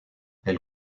elle